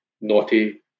naughty